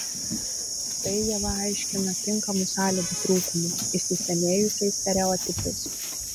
tai ieva aiškina tinkamų sąlygų trūkumu įsisenėjusiais stereotipais